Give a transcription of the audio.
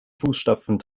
fußstapfen